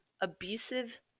abusive